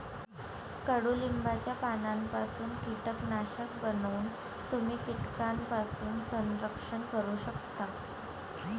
कडुलिंबाच्या पानांपासून कीटकनाशक बनवून तुम्ही कीटकांपासून संरक्षण करू शकता